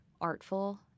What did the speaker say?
artful